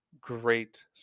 great